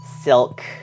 silk